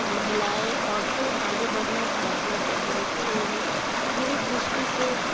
महिलाएँ औरतें आगे बढ़ना चाहती हैं लेकिन उन्हें बुरी दृष्टि से